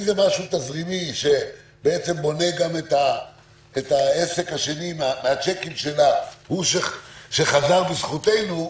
אם זה משהו תזרימי שבעצם בונה גם את העסק השני מהצ'קים שחזר בזכותנו,